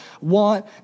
want